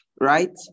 right